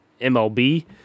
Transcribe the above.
MLB